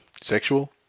sexual